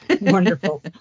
Wonderful